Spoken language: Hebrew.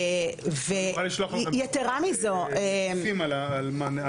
אני אוכל לשלוח לכם רשימות על הנעשה.